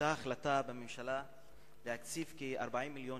היתה החלטה בממשלה להקציב כ-40 מיליון